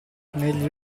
negli